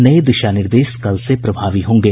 नये दिशा निर्देश कल से प्रभावी होंगे